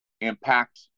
impact